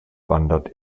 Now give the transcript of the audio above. wandert